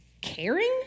caring